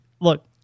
look